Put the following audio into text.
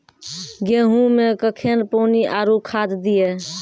गेहूँ मे कखेन पानी आरु खाद दिये?